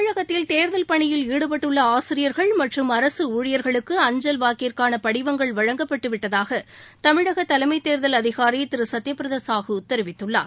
தமிழகத்தில் தேர்தல் பணியில் ஈடுபட்டுள்ளஆசிரியர்கள் மற்றும் அரசுஊழியர்களுக்கு அஞ்சல் வாக்கிற்கான படிவங்கள் வழங்கப்பட்டுவிட்டதாகதமிழகதலைமைத் தேர்தல் அதிகாரிதிருசத்யபிரதசாஹூ தெரிவித்துள்ளார்